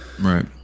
Right